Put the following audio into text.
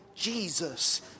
Jesus